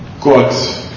God